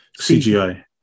CGI